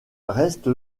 reste